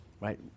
right